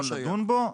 אנחנו נדון בו.